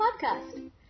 Podcast